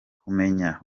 kumenya